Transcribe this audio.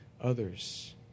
others